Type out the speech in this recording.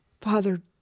Father